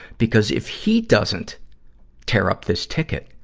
because if he doesn't tear up this ticket,